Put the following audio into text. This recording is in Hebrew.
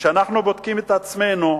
וכשאנחנו בודקים את עצמנו,